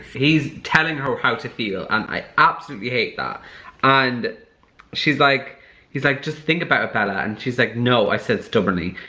he's telling her how to feel and i absolutely hate that and she's like he's like just think about it bella and she's like no i said stubbornly.